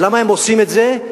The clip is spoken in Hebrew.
למה הם עושים את זה?